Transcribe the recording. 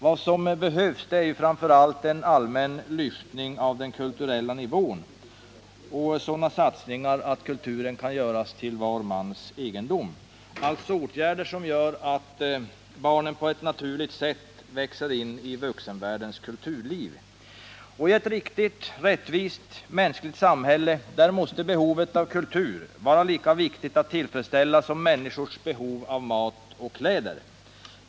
Vad som behövs är framför allt en allmän lyftning av den kulturella nivån och sådana satsningar att kulturen kan göras till var mans egendom, alltså åtgärder som gör att barnen på ett naturligt sätt växer in i vuxenvärldens kulturliv. I ett riktigt, rättvist, mänskligt samhälle måste det vara viktigt att tillfredsställa behovet av kultur, liksom människornas behov av mat och kläder.